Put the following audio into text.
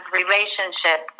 relationship